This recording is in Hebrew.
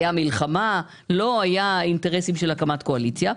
הייתה המלחמה ולא היו אינטרסים של הקמת קואליציה.